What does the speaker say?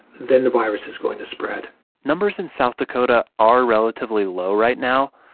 then the virus is going to spread numbers in south dakota are relatively low right now,